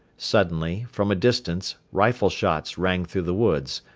suddenly, from a distance, rifle shots rang through the woods,